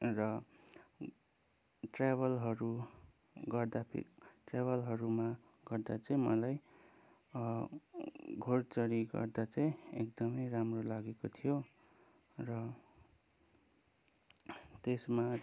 र ट्रेभलहरू गर्दा ट्रेभलहरूमा गर्दा चाहिँ मलाई घोडचढी गर्दा चाहिँ एकदमै राम्रो लागेको थियो र त्यसमा